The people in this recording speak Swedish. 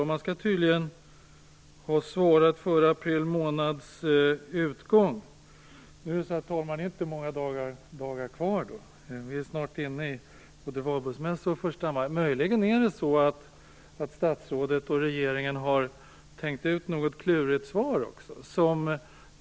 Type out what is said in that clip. Man skall tydligen ha svarat före april månads utgång. I så fall återstår inte många dagar. Vi är ju snart framme vid både valborgsmässoafton och första maj. Möjligen har statsrådet och regeringen tänkt ut ett klurigt svar.